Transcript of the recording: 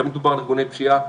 תמיד דובר על ארגוני פשיעה,